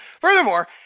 furthermore